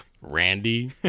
Randy